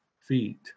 feet